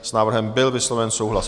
S návrhem byl vysloven souhlas.